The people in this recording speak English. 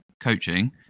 coaching